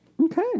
okay